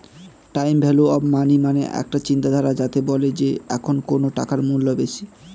time value of money মানে একটা চিন্তাধারা যাতে বলে যে এখন কোন টাকার মূল্য বেশি